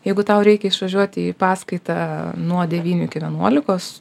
jeigu tau reikia išvažiuoti į paskaitą nuo devynių iki vienuolikos